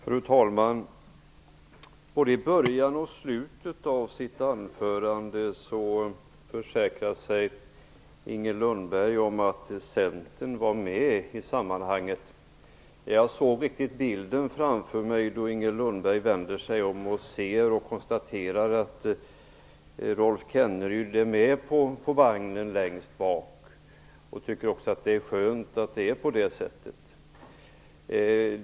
Fru talman! Både i början och i slutet av sitt anförande försäkrade sig Inger Lundberg om att Centern var med i sammanhanget. Jag såg riktigt bilden framför mig då Inger Lundberg vänder sig om och konstaterar att Rolf Kenneryd är med längst bak på vagnen. Hon tycker också att det är skönt att det är på det sättet.